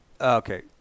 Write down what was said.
Okay